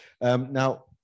Now